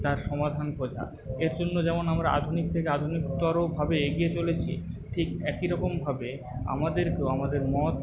তার সমাধান খোঁজা এর জন্য যেমন আমরা আধুনিক থেকে আধুনিকতরভাবে এগিয়ে চলেছি ঠিক একইরকমভাবে আমাদেরকেও আমাদের মত